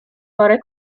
parę